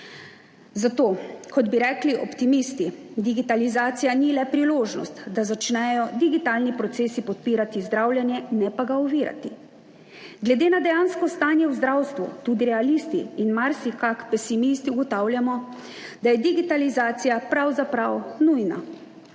Zato, kot bi rekli optimisti, digitalizacija ni le priložnost, da začnejo digitalni procesi podpirati zdravljenje, ne pa ga ovirati. Glede na dejansko stanje v zdravstvu, tudi realisti in marsikak pesimisti ugotavljamo, da je digitalizacija pravzaprav nujna,